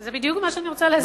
זה בדיוק מה שאני רוצה להסביר.